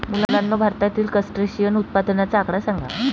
मुलांनो, भारतातील क्रस्टेशियन उत्पादनाचा आकडा सांगा?